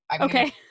okay